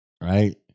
right